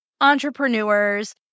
entrepreneurs